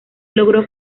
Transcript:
logró